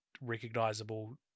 recognizable